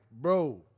bro